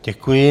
Děkuji.